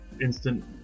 instant